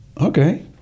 Okay